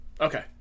okay